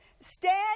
stand